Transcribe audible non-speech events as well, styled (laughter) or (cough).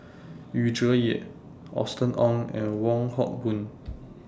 Yu Zhuye Austen Ong and Wong Hock Boon (noise)